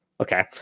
Okay